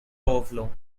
overflow